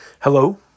Hello